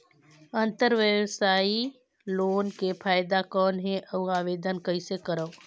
अंतरव्यवसायी लोन के फाइदा कौन हे? अउ आवेदन कइसे करव?